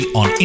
on